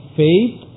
faith